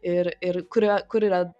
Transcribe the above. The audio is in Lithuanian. ir ir kur yra kur yra